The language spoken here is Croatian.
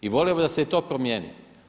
I volio bih da se i to promijeni.